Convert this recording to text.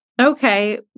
okay